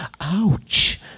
Ouch